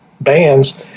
Bands